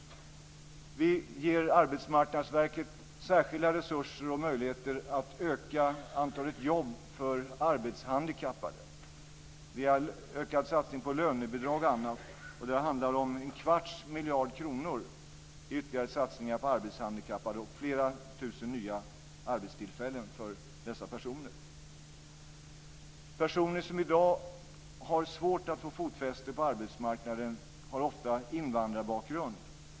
Vi ger Arbetsmarknadsverket särskilda resurser och möjligheter att öka antalet jobb för arbetshandikappade. Vi gör en ökad satsning på lönebidrag och annat. Det handlar om en kvarts miljard kronor i ytterligare satsningar på arbetshandikappade och flera tusen nya arbetstillfällen för dessa personer. Personer som i dag har svårt att få fotfäste på arbetsmarknaden har ofta invandrarbakgrund.